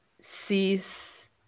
sees